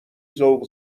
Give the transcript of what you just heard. ذوق